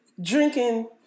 drinking